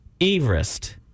Everest